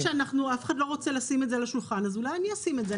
כיוון שאף אחד לא רוצה לשים את זה על השולחן אז אולי אני אשים את זה.